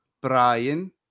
Brian